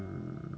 mm